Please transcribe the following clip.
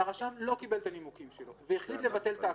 והרשם לא קיבל את הנימוקים שלו והחליט לבטל את ההכרה,